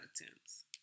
attempts